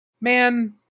man